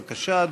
בבקשה,